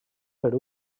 per